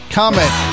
comment